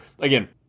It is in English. again